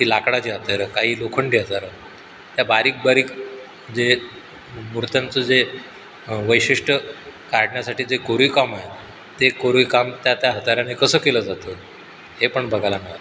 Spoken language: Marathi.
ती लाकडाची हत्यारं काही लोखंडी हत्यारं त्या बारीकबारीक जे मूर्त्यांचं जे वैशिष्ट्य काढण्यासाठी ते कोरीव काम आहे ते कोरीव काम त्या त्या हत्याराने कसं केलं जातं हे पण बघायला मिळालं